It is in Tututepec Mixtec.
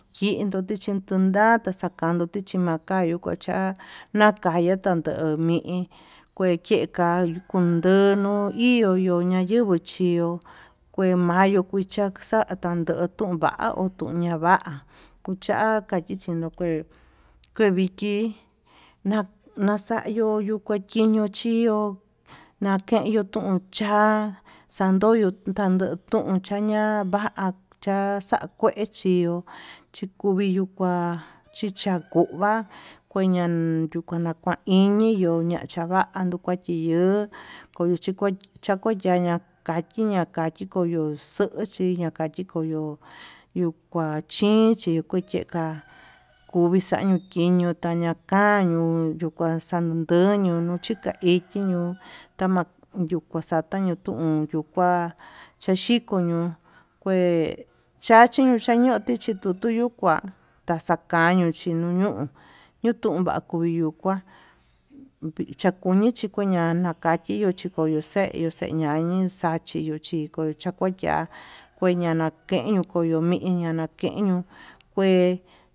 Chindo chikonondata xakando tichimakayu kua cha'a, nakaya tando mii kue ka kondono iho no nayenguo chío kue mayo kucha xata'á don tuun va'a o yona'a va'á, kucha kayii chinokué kue viki naxayo ku kue kin nochió nakenyu tuun cha'a xandoyo tuu nachun chaña'a, va'a xakue chió chikuviyuu kuá chichakuva'a kueñan nduka tan koini chava chí yuu koño chikua chakuu ñaña, kachiña kachi koyoxo'o chiña chikoyo yuu kua chinchi yukuu yeka'a kuvii xañio tiño kayaka yuu kua xananduu ñunu chika iki ño'o, tama yukua xañuu xañiotun yuu kua xhaxhiko ño'o kue chachi chañoti chitun tuí yuu kua xañio taxakuañio chinunu, nutunya kuñukuá vichakuñi chikuña ñakachí iho chikoñu xeyu xeyu ñsnin xachi yuu chí iko changuachiá kue ñana kenyu koñomi nana keñuu kué.